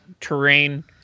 terrain